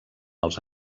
els